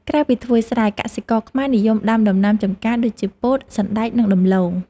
ក្រៅពីធ្វើស្រែ កសិករខ្មែរនិយមដាំដំណាំចម្ការដូចជា ពោត សណ្តែក និងដំឡូង។